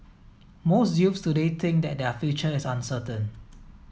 most youths today think that their future is uncertain